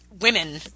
women